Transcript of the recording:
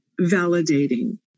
validating